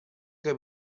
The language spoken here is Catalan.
que